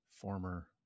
former